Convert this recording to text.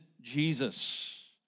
Jesus